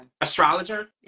Astrologer